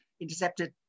Intercepted